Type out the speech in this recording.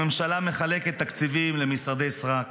הממשלה מחלקת תקציבים למשרדי סרק.